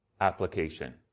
application